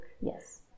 Yes